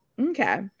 Okay